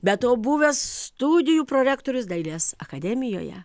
be to buvęs studijų prorektorius dailės akademijoje